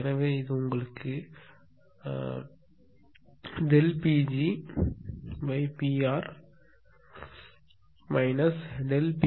எனவே இது PgPr PLPr2Hf0ddtΔfDPr